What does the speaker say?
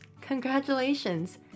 Congratulations